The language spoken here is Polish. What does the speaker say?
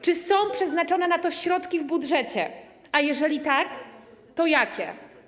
Czy są przeznaczone na to środki w budżecie, a jeżeli tak, to jakie?